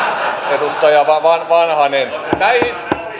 edustaja vanhanen näihin